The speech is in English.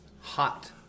hot